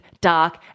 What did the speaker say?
dark